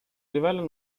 livello